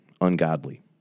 Ungodly